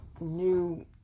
new